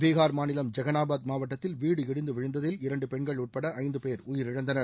பீகார் மாநிலம் ஜகனாபாத் மாவட்டத்தில் வீடு இடிந்து விழுந்ததில் இரண்டு பெண்கள் உட்பட ஐந்து பேர் உயிரிழந்தனர்